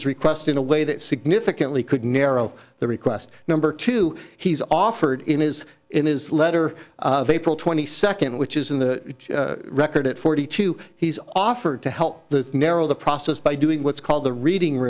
his request in a way that significantly could narrow the request number two he's offered in his in his letter of april twenty second which is in the record at forty two he's offered to help the narrow the process by doing what's called the reading